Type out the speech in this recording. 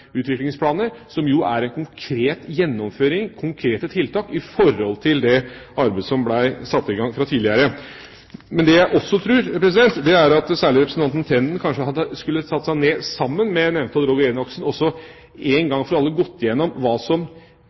utviklingsplaner som er en konkret gjennomføring, konkrete tiltak i forhold til det arbeidet som ble satt i gang tidligere. Men det jeg også tror, er at særlig representanten Tenden kanskje burde satt seg ned sammen med nevnte Odd Roger Enoksen og én gang for alle gå gjennom hva som